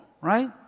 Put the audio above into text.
right